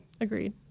Agreed